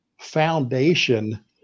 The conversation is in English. foundation